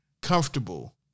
Comfortable